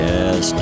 Yes